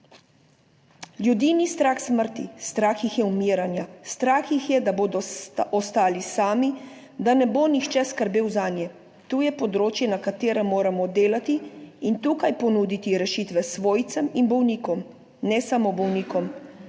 Ljudi ni strah smrti, strah jih je umiranja, strah jih je, da bodo ostali sami, da ne bo nihče skrbel zanje. To je področje, na katerem moramo delati in tukaj ponuditi rešitve svojcem in bolnikom, ne samo bolnikom.